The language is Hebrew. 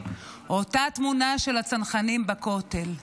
אותה תמונה של הצנחנים בכותל.